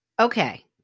okay